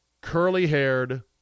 curly-haired